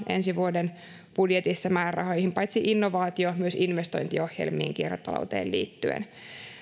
ensi vuoden budjetissa kaksikymmentäviisi miljoonaa määrärahoihin paitsi innovaatio myös investointiohjelmiin kiertotalouteen liittyen